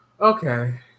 okay